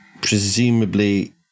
Presumably